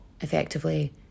effectively